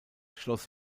schloss